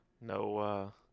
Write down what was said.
no